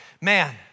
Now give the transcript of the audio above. man